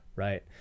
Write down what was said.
Right